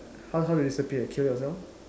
how how do you disappear kill yourself